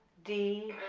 d,